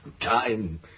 Time